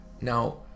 now